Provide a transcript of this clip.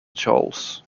charles